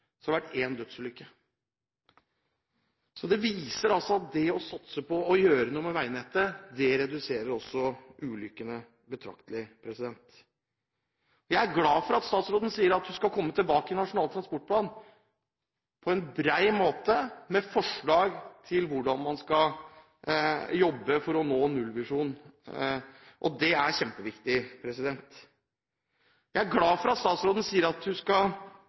veinettet også reduserer ulykkene betraktelig. Jeg er glad for at statsråden sier at hun i Nasjonal transportplan skal komme tilbake med forslag til hvordan man skal jobbe på en bred måte for å nå nullvisjonen. Det er kjempeviktig. Jeg er glad for at statsråden sier at hun skal